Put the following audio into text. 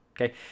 Okay